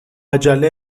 عجله